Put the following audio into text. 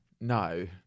No